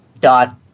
dot